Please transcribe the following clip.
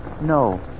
No